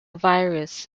virus